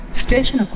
station